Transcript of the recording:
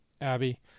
Abby